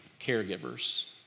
caregivers